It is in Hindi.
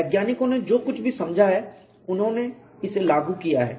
वैज्ञानिकों ने जो कुछ भी समझा है उन्होंने इसे लागू किया है